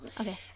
Okay